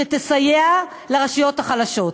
שתסייע לרשויות החלשות.